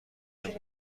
نمی